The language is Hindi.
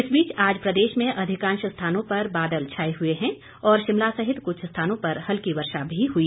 इस बीच आज प्रदेश में अधिकांश स्थानों पर बादल छाए हुए हैं और शिमला सहित कुछ स्थानों पर हल्की वर्षा भी हुई